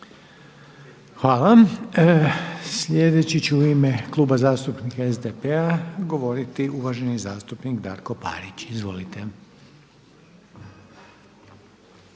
Hvala. Slijedeći će u ime Kluba zastupnika SDP-a govoriti uvaženi zastupnik Darko Parić. Izvolite.